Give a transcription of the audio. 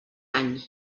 any